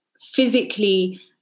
physically